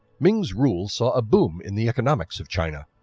ming's rule saw a boom in the economics of china.